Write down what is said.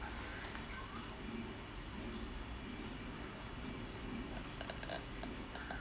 err